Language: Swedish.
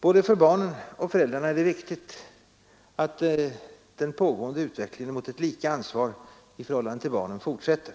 För både barnen och föräldrarna är det viktigt att den pågående utvecklingen mot ett lika ansvar i förhållande till barnen fortsätter.